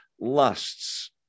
lusts